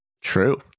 true